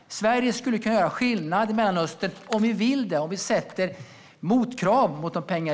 Sverige skulle kunna göra skillnad - om vi vill det och ställer motkrav när vi ger pengar.